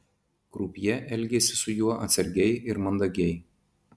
krupjė elgėsi su juo atsargiai ir mandagiai